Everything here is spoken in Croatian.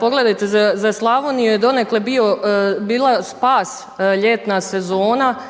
Pogledajte, za Slavoniju je donekle bila spas ljetna sezona,